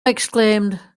exclaimed